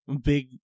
big